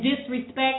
disrespect